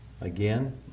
Again